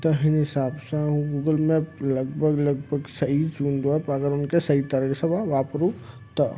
त हिन हिसाब सां हू गूगल मैप लॻिभॻि सही थींदो आहे पर अगरि उन्हनि खे सही तरह सां तव्हां वापरियूं त